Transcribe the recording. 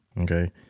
okay